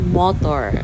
motor